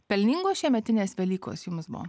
pelningos šiemetinės velykos jums buvo